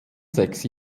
sechs